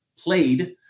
played